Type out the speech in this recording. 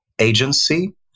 agency